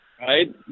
right